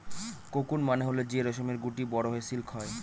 cocoon মানে হল যে রেশমের গুটি বড়ো হয়ে সিল্ক হয়